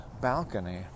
balcony